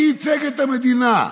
מי ייצג את המדינה?